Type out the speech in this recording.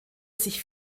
sich